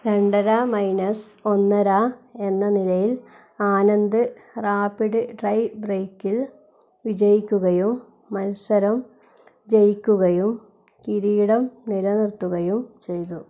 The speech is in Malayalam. രണ്ടര മൈനസ് ഒന്നര എന്ന നിലയിൽ ആനന്ദ് റാപ്പിഡ് ടൈ ബ്രേക്കിൽ വിജയിക്കുകയും മത്സരം ജയിക്കുകയും കിരീടം നിലനിർത്തുകയും ചെയ്തു